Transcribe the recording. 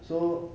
so